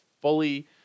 fully